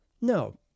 No